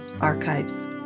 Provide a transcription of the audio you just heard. Archives